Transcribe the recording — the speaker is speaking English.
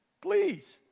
Please